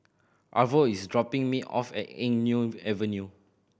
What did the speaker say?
Arvo is dropping me off at Eng Neo Avenue